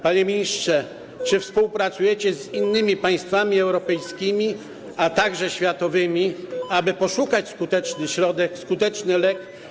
Panie ministrze, czy współpracujecie z innymi państwami europejskimi, a także światowymi, aby poszukać skutecznego środka, skutecznego leku?